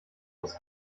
aus